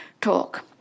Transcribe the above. talk